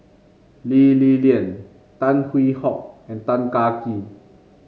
Lee Li Lian Tan Hwee Hock and Tan Kah Kee